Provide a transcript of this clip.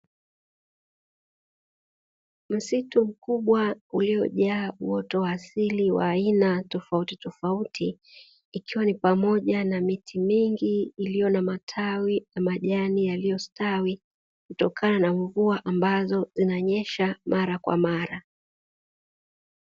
Msitu mkubwa uliojaa uoto wa asili wa aina tofautitofauti, ikiwa ni pamoja na miti mingi iliyo na matawi na majani yaliyostawi, kutokana na mvua ambazo zinanyesha mara kwa mara.